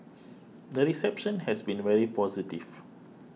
the reception has been very positive